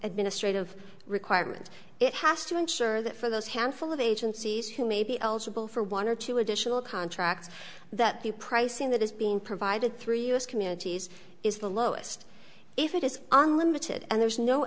administrative requirement it has to ensure that for those handful of agencies who may be eligible for one or two additional contracts that the pricing that is being provided through us communities is the lowest if it is unlimited and there's no